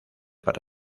para